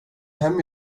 hem